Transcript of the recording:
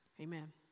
amen